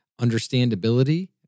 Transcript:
understandability